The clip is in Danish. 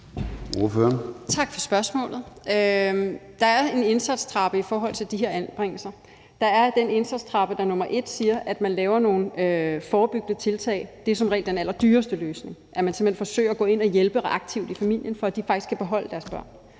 Tak for spørgsmålet. Der er en indsatstrappe i forhold til de her anbringelser. Der er den indsatstrappe, der som det første trin siger, at man laver nogle forebyggende tiltag – det er som regel den allerdyreste løsning – at man simpelt hen forsøger at gå ind og hjælpe aktivt i familien, for at de faktisk kan beholde deres børn.